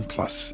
Plus